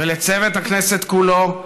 ולצוות הכנסת כולו,